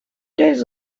days